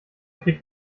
kriegt